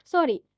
Sorry